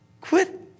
quit